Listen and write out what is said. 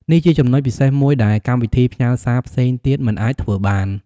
នេះជាចំណុចពិសេសមួយដែលកម្មវិធីផ្ញើសារផ្សេងទៀតមិនអាចធ្វើបាន។